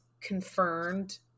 confirmed